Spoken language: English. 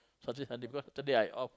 Saturday Sunday because Saturday I off